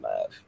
love